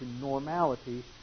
normality